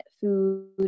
food